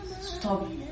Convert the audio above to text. stop